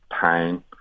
pain